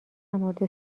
مورد